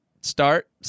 Start